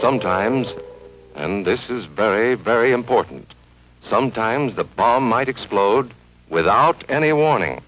sometimes and this is very very important sometimes the bomb might explode without any warning